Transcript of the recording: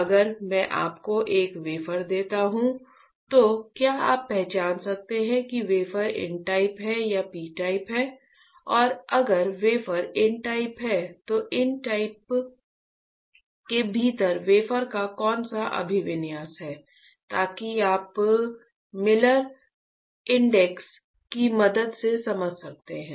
अगर मैं आपको एक वेफर देता हूं तो क्या आप पहचान सकते हैं कि वेफर एन टाइप है या पी टाइप है और अगर वेफर एन टाइप है तो एन टाइप के भीतर वेफर का कौन सा अभिविन्यास है ताकि आप मिलर इंडेक्स की मदद से समझ सकते हैं